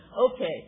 Okay